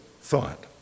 thought